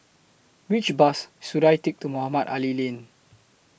Which Bus should I Take to Mohamed Ali Lane